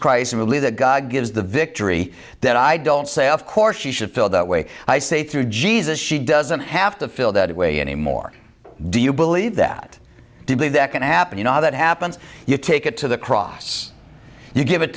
christ believe that god gives the victory that i don't say of course she should feel that way i say through jesus she doesn't have to feel that way anymore do you believe that deeply that can happen you know how that happens you take it to the cross you give it